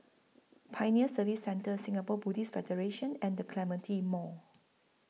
Pioneer Service Centre Singapore Buddhist Federation and The Clementi Mall